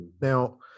Now